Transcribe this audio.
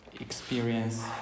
experience